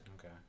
Okay